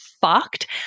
fucked